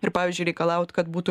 ir pavyzdžiui reikalaut kad būtų